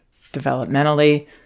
developmentally